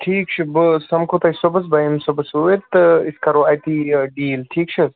ٹھیٖک چھُ بہٕ سَمکھو تۄہہِ صُبحَس بہٕ یِمہٕ صُبحَس اوٗرۍ تہٕ أسۍ کَرو اَتی یہِ ڈیٖل ٹھیٖک چھُ